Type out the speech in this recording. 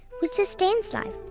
which sustains life?